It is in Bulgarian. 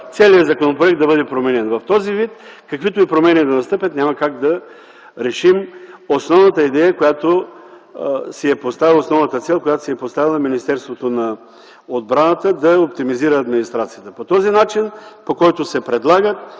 целият законопроект да бъде променен. В този вид, каквито и промени да настъпят, няма как да решим основната цел, която си е поставило Министерството на отбраната, да оптимизира администрацията. По този начин, по който се предлага